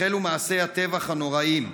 החלו מעשי הטבח הנוראיים.